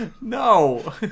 no